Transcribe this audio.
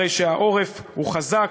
הרי שהעורף הוא חזק,